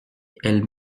elle